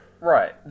Right